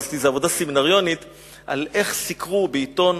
עשיתי עבודה סמינריונית על איך סיקרו בעיתון,